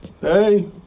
Hey